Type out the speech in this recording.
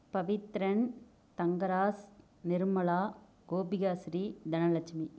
Pavithran Thangarasu Nirmala Gopikashri Dhanalakshmi